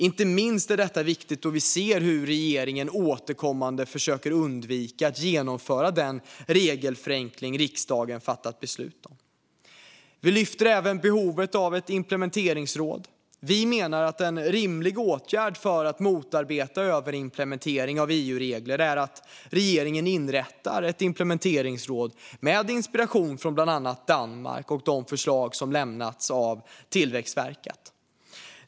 Inte minst är detta viktigt då vi ser hur regeringen återkommande försöker undvika att genomföra den regelförenkling som riksdagen har fattat beslut om. Vi lyfter även fram behovet av ett implementeringsråd. Vi menar att en rimlig åtgärd för att motverka överimplementering av EU-regler är att regeringen inrättar ett implementeringsråd med inspiration från bland annat Danmark och de förslag som har lämnats av Tillväxtverket.